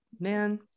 man